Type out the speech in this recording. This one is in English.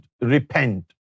repent